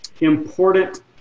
important